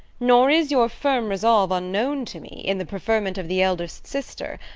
nor is your firm resolve unknown to me, in the preferment of the eldest sister.